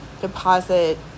deposit